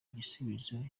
igisubizo